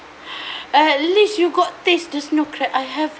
at least you got taste this snow crab I haven't